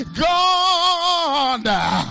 God